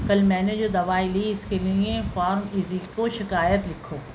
کل میں نے جو دوائی لی اس کے لیے فارمیزی کو شکایت لکھو